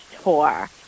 tour